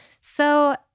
So-